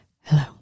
hello